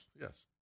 Yes